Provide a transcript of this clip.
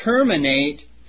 terminate